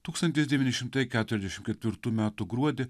tūkstantis devyni šimtai keturiasdešim ketvirtų metų gruodį